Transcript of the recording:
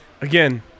Again